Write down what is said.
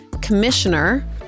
commissioner